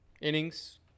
innings